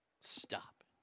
stop